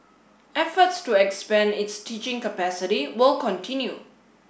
efforts to expand its teaching capacity will continue